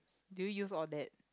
do you use all that